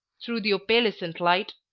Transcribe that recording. through the opalescent light,